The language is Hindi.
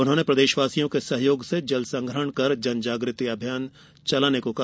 उन्होंने प्रदेशवासियों के सहयोग से जल संग्रहण कर जन जागृति अभियान चलाने को कहा